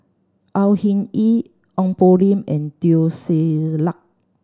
Au Hing Yee Ong Poh Lim and Teo Ser Luck